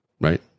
Right